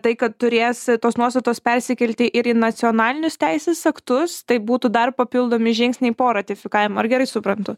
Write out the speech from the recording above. tai kad turės tos nuostatos persikelti ir į nacionalinius teisės aktus tai būtų dar papildomi žingsniai po ratifikavimo ar gerai suprantu